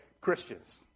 Christians